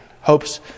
Hope's